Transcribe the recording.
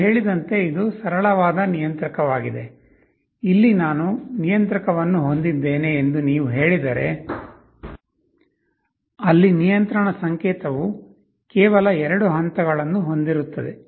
ನಾನು ಹೇಳಿದಂತೆ ಇದು ಸರಳವಾದ ನಿಯಂತ್ರಕವಾಗಿದೆ ಇಲ್ಲಿ ನಾನು ನಿಯಂತ್ರಕವನ್ನು ಹೊಂದಿದ್ದೇನೆ ಎಂದು ನೀವು ಹೇಳಿದರೆ ಅಲ್ಲಿ ನಿಯಂತ್ರಣ ಸಂಕೇತವು ಕೇವಲ 2 ಹಂತಗಳನ್ನು ಹೊಂದಿರುತ್ತದೆ